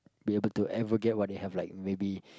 be able to ever get what they have like maybe